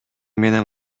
менен